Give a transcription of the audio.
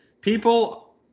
People